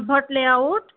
Bhat layout